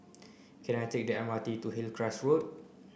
can I take the M R T to Hillcrest Road